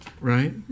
right